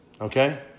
Okay